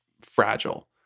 fragile